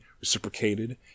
reciprocated